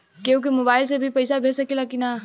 केहू के मोवाईल से भी पैसा भेज सकीला की ना?